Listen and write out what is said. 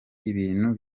ibintu